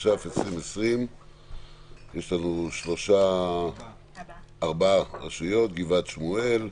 התש"ף 2020. יש לנו ארבע רשויות: גבעת שמואל,